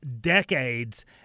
decades